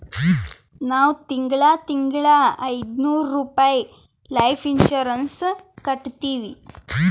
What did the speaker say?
ನಾವ್ ತಿಂಗಳಾ ತಿಂಗಳಾ ಐಯ್ದನೂರ್ ರುಪಾಯಿ ಲೈಫ್ ಇನ್ಸೂರೆನ್ಸ್ ಕಟ್ಟತ್ತಿವಿ